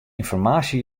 ynformaasje